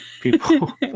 people